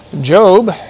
Job